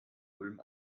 ulm